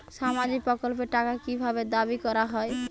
সামাজিক প্রকল্পের টাকা কি ভাবে দাবি করা হয়?